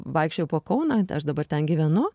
vaikščiojau po kauną aš dabar ten gyvenu